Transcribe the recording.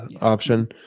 option